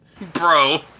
bro